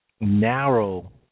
narrow